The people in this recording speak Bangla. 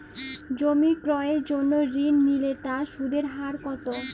জমি ক্রয়ের জন্য ঋণ নিলে তার সুদের হার কতো?